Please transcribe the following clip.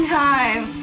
time